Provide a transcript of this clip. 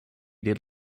did